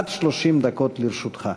עד 30 דקות לרשותך.